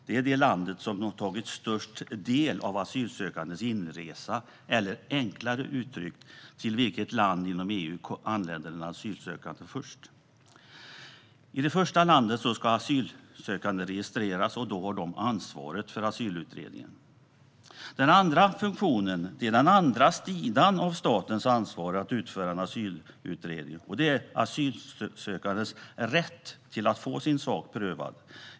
Det är det land som tagit störst del av den asylsökandes inresa eller, enklare uttryckt, det land inom EU som den asylsökande först anlände till. I detta första land ska den asylsökande registreras, och då har det landet ansvaret för asylutredningen. Den andra funktionen är den andra sidan av statens ansvar: att utföra en asylutredning. Det är den asylsökandes rätt att få sin sak prövad.